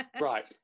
Right